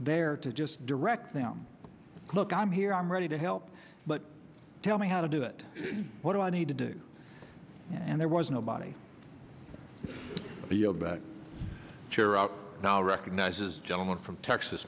there to just direct them look i'm here i'm ready to help but tell me how to do it what do i need to do and there was nobody you know back here out now recognizes gentleman from texas